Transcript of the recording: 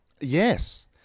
yes